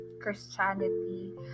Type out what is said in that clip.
Christianity